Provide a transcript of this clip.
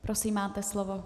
Prosím, máte slovo.